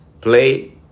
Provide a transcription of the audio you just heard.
Play